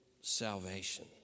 salvation